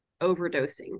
overdosing